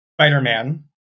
Spider-Man